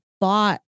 bought